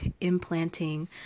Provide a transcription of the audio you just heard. implanting